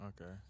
Okay